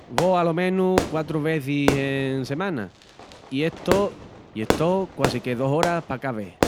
Vo alo menus quatru vezis en semana i estó quasique dos oras pa cá ves.